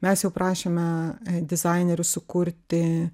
mes jau prašėme dizainerių sukurti